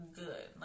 good